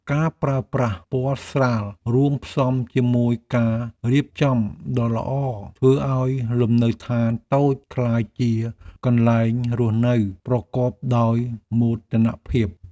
ការប្រើប្រាស់ពណ៌ស្រាលរួមផ្សំជាមួយការរៀបចំដ៏ល្អធ្វើឱ្យលំនៅឋានតូចក្លាយជាកន្លែងរស់នៅប្រកបដោយមោទនភាព។